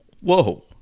whoa